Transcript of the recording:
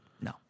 No